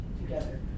together